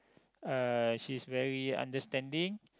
uh she's very understanding